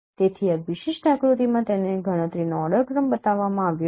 તેથી આ વિશિષ્ટ આકૃતિમાં તેને ગણતરીનો ઓર્ડર ક્રમ બતાવવામાં આવ્યો છે